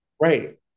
Right